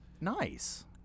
Nice